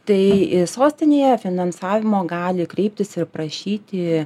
tai sostinėje finansavimo gali kreiptis ir prašyti